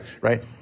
right